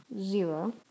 zero